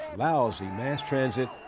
lousy mass transit,